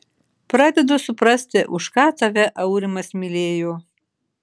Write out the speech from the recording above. pradedu suprasti už ką tave aurimas mylėjo